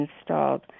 installed